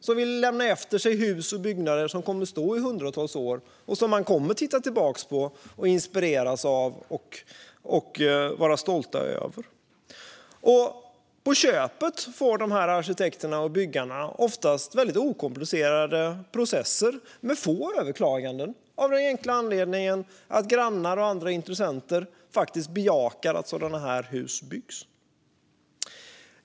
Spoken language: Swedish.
De vill lämna efter sig hus och byggnader som kommer att stå i hundratals år och som man kommer att titta tillbaka på och inspireras av och vara stolta över. På köpet får dessa arkitekter och byggare oftast väldigt okomplicerade processer med få överklaganden, av den enkla anledningen att grannar och andra intressenter faktiskt bejakar att sådana hus byggs.